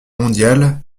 mondiale